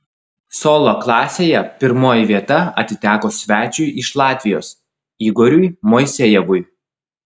solo klasėje pirmoji vieta atiteko svečiui iš latvijos igoriui moisejevui